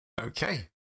Okay